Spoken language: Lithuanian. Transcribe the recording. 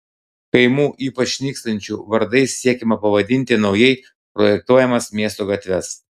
kaimų ypač nykstančių vardais siekiama pavadinti naujai projektuojamas miesto gatves